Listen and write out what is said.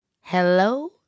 Hello